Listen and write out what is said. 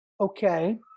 Okay